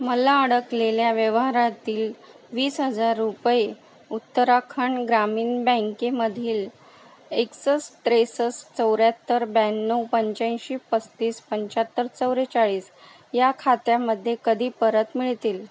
मला अडकलेल्या व्यवहारातील वीस हजार रुपये उत्तराखंड ग्रामीण बँकेमधील एकसष्ट त्रेसष्ट चौऱ्याहत्तर ब्याण्णव पंच्याऐंशी पस्तीस पंच्याहत्तर चव्वेचाळीस या खात्यामध्ये कधी परत मिळतील